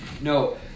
No